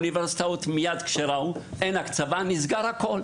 ומיד כשהאוניברסיטאות ראו שאין הקצבה נסגר הכל.